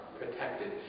protected